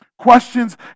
Questions